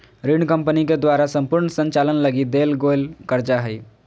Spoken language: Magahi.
ऋण कम्पनी के द्वारा सम्पूर्ण संचालन लगी देल गेल कर्जा हइ